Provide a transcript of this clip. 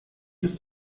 ist